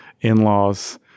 in-laws